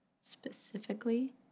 specifically